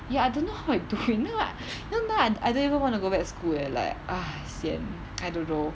ya I don't know how I do it you know like now now like I I don't even wanna go back school eh like ah sian I don't know